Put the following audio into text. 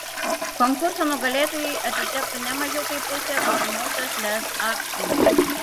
konkurso nugalėtojui atitektų ne mažiau kaip pusė būsimosios lez akcijų